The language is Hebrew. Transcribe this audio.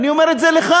ואני אומר את זה לך.